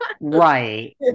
right